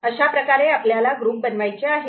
अशा प्रकारे आपल्याला ग्रुप बनवायचे आहेत